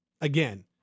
Again